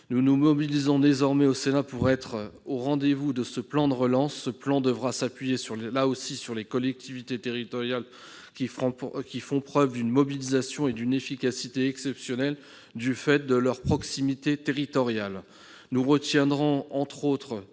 nous nous mobilisons désormais au Sénat pour être au rendez-vous de ce plan de relance. Celui-ci devra s'appuyer là aussi sur les collectivités territoriales, qui font preuve d'une mobilisation et d'une efficacité exceptionnelles du fait de leur proximité territoriale.